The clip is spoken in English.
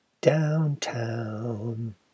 downtown